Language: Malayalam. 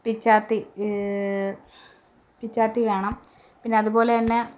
പിച്ചാത്തി പിച്ചാത്തി വേണം പിന്നെ അതുപോലെ തന്നെ